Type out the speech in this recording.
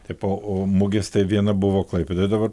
tipo o mugės tai viena buvo klaipėdoje dabar